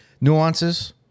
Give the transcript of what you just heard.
nuances